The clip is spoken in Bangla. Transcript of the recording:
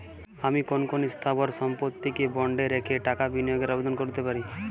আমি কোন কোন স্থাবর সম্পত্তিকে বন্ডে রেখে টাকা বিনিয়োগের আবেদন করতে পারি?